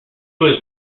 was